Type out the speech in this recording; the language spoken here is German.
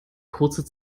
kurze